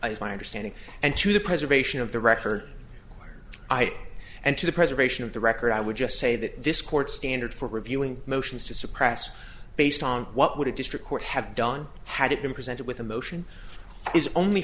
is my understanding and to the preservation of the record i and to the preservation of the record i would just say that this court standard for reviewing motions to suppress based on what would a district court have done had it been presented with a motion is only